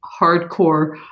hardcore